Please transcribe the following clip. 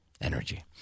energy